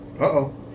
Uh-oh